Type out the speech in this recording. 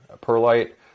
perlite